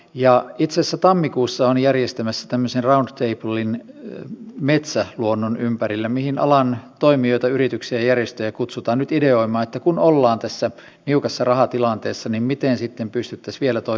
itse asiassa tammikuussa olen järjestämässä tämmöisen round tablen metsäluonnon ympärille mihin alan toimijoita yrityksiä ja järjestöjä kutsutaan nyt ideoimaan että kun ollaan tässä niukassa rahatilanteessa niin miten sitten pystyisimme vielä paremmin toimimaan